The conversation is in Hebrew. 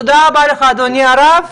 תודה רבה לך, אדוני הרב.